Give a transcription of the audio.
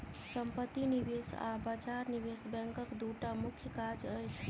सम्पत्ति निवेश आ बजार निवेश बैंकक दूटा मुख्य काज अछि